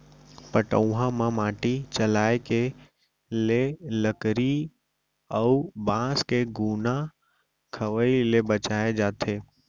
पटउहां म माटी चघाए ले लकरी अउ बांस के घुना खवई ले बचाए जाथे